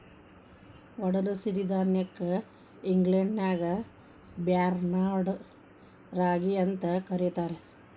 ಒಡಲು ಸಿರಿಧಾನ್ಯಕ್ಕ ಇಂಗ್ಲೇಷನ್ಯಾಗ ಬಾರ್ನ್ಯಾರ್ಡ್ ರಾಗಿ ಅಂತ ಕರೇತಾರ